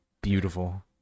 beautiful